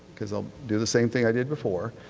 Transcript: because i'll do the same thing i did before.